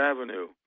Avenue